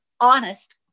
honest